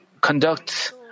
conduct